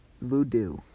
Voodoo